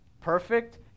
perfect